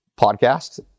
podcast